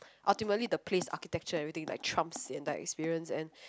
ultimately the place architecture everything like trumps the entire experience and